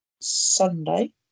Sunday